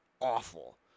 awful